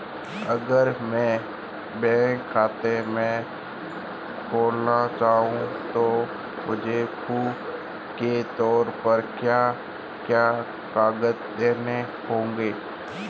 अगर मैं बैंक में खाता खुलाना चाहूं तो मुझे प्रूफ़ के तौर पर क्या क्या कागज़ देने होंगे?